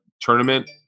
tournament